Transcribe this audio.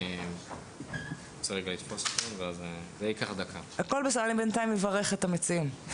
אני בינתיים אברך את המציעים.